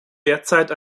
derzeit